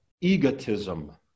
egotism